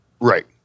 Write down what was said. Right